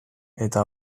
eta